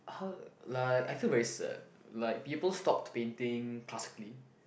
how like I feel very sad like people stopped painting classically